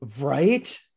right